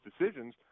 decisions